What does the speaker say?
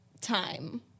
time